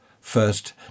first